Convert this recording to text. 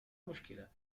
مشكلة